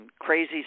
crazy